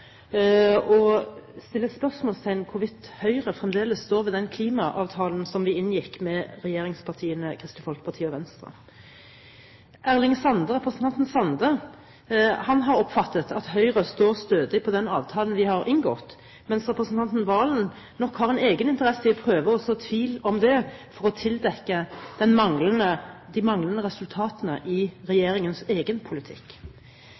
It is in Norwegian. og setter spørsmålstegn ved hvorvidt Høyre fremdeles står ved den klimaavtalen som vi inngikk med regjeringspartiene Kristelig Folkeparti og Venstre. Representanten Sande har oppfattet at Høyre står stødig på den avtalen vi har inngått, mens representanten Serigstad Valen nok har en egeninteresse i å prøve å så tvil om det for å tildekke de manglende resultatene i regjeringens egen politikk.